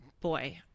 boy